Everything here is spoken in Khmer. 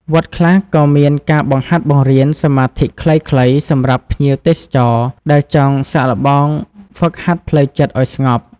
វត្តខ្លះក៏មានការបង្ហាត់បង្រៀនសមាធិខ្លីៗសម្រាប់ភ្ញៀវទេសចរ ដែលចង់សាកល្បងហ្វឹកហាត់ផ្លូវចិត្តឱ្យស្ងប់។